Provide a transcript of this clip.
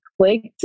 clicked